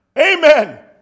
Amen